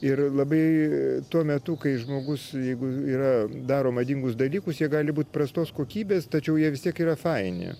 ir labai tuo metu kai žmogus jeigu yra daro madingus dalykus jie gali būt prastos kokybės tačiau jie vis tiek yra faini